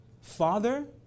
Father